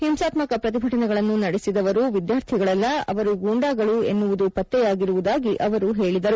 ಹಿಂಸಾತ್ಮಕ ಪ್ರತಿಭಟನೆಗಳನ್ನು ನಡೆಸಿದವರು ವಿದ್ಯಾರ್ಥಿಗಳಲ್ಲ ಅವರು ಗೊಂಡಾಗಳು ಎನ್ನುವುದು ಪತ್ತೆಯಾಗಿರುವುದಾಗಿ ಅವರು ಹೇಳಿದರು